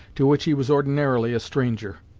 to which he was ordinarily a stranger.